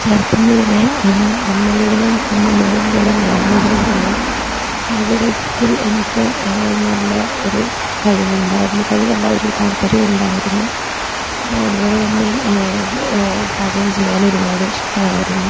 ചെറുപ്പം മുതലേ അമ്മയുടേയും അമ്മാമ്മയുടെയും കൂടെ വളർന്നതുകൊണ്ടാവാം പാചകത്തിൽ എനിക്ക് നല്ല ഒരു കഴിവുണ്ടായിരുന്നു കഴിവല്ല ഒരു താൽപ്പര്യം ഉണ്ടായിരുന്നു അതുപോല തന്നെ പാചകം ചെയ്യാൻ ഒരുപാട് ഇഷ്ടമായിരുന്നു